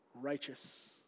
righteous